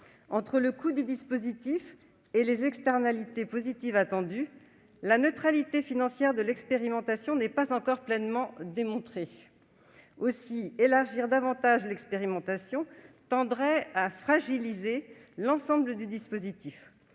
entre le coût du dispositif et les externalités positives attendues, la neutralité financière de l'expérimentation n'est pas encore pleinement démontrée. Aussi élargir davantage l'expérimentation tendrait-il à fragiliser l'ensemble du dispositif,